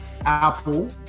Apple